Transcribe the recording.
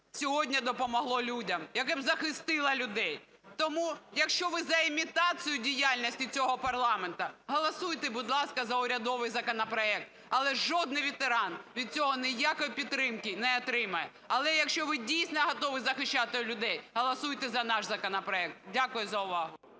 сьогодні допомогло людям, яке б захистило людей. Тому, якщо ви за імітацію діяльності цього парламенту, голосуйте, будь ласка, за урядовий законопроект. Але жодний ветеран від цього ніякої підтримки не отримає. Але, якщо ви дійсно готові захищати людей, голосуйте за наш законопроект. Дякую за увагу.